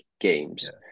games